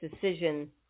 decision